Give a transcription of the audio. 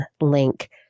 link